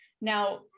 Now